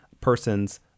persons